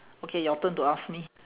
okay your turn to ask me